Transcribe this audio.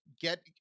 get